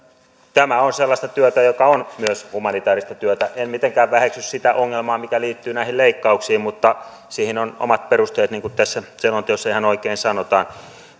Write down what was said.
tämä on sellaista työtä joka on myös humanitääristä työtä en mitenkään väheksy sitä ongelmaa mikä liittyy näihin leikkauksiin mutta siihen on omat perusteet niin kuin tässä selonteossa ihan oikein sanotaan